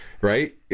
Right